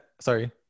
Sorry